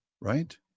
right